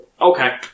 Okay